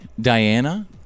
Diana